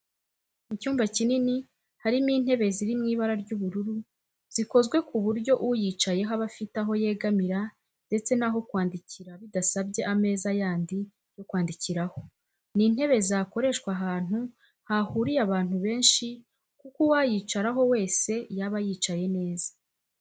Mu cyumba kinini harimo intebe ziri mu ibara ry'ubururu zikozwe ku buryo uyicayeho aba afite aho yegamira ndetse n'aho kwandikira bidasabye ameza yandi yo kwandikiraho, Ni intebe zakoreshwa ahantu hahuriye abantu benshi kuko uwayicaraho wese yaba yicaye neza.